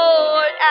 Lord